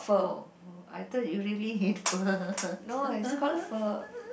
oh I thought you really eat pho